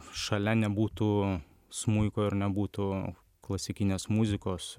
šalia nebūtų smuiko ir nebūtų klasikinės muzikos